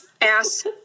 ass